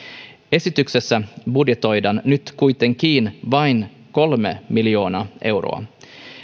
esityksessä budjetoidaan nyt kuitenkin vain kolme miljoonaa euroa